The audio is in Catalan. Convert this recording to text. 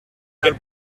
del